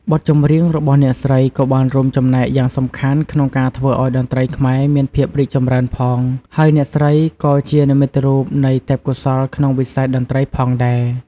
បទចម្រៀងរបស់អ្នកស្រីក៏បានរួមចំណែកយ៉ាងសំខាន់ក្នុងការធ្វើឱ្យតន្ត្រីខ្មែរមានភាពរីកចម្រើនផង ហើយអ្នកស្រីក៏ជានិមិត្តរូបនៃទេពកោសល្យក្នុងវិស័យតន្ត្រីផងដែរ។